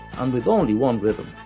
and with only one rhythm.